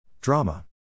Drama